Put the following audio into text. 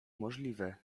możliwe